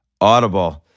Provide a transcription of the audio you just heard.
Audible